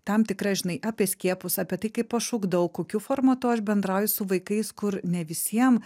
tam tikra žinai apie skiepus apie tai kaip aš ugdau kokiu formatu aš bendrauju su vaikais kur ne visiem